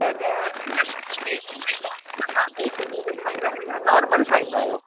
पर मटन तव्हां देसी गिह में ठाहींदा आहियो या नॉर्मल ठाहींदा आहियो